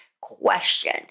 question